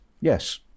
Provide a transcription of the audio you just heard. Yes